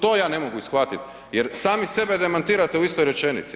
To ja ne mogu shvatiti jer sami sebe demantirate u istoj rečenici.